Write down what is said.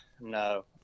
No